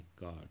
god